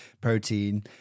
protein